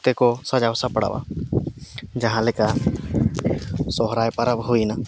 ᱛᱮᱠᱚ ᱥᱟᱡᱟᱣ ᱥᱟᱯᱲᱟᱣᱟ ᱡᱟᱦᱟᱸᱞᱮᱠᱟ ᱥᱚᱦᱨᱟᱭ ᱯᱚᱨᱚᱵᱽ ᱦᱩᱭᱮᱱᱟ